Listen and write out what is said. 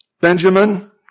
Benjamin